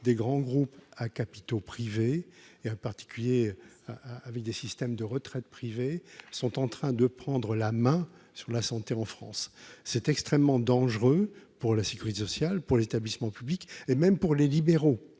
des grands groupes à capitaux privés, et un particulier a avec des systèmes de retraite privées sont en train de prendre la main sur la santé en France, c'est extrêmement dangereux pour la sécurité sociale pour l'établissement public et même pour les libéraux,